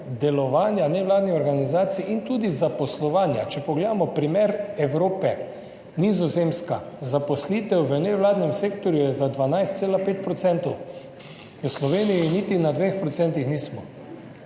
delovanja nevladnih organizacij in tudi zaposlovanja. Če pogledamo primer Evrope. Nizozemska – zaposlitev v nevladnem sektorju je za 12,5 %, v Sloveniji niti na 2 % nismo.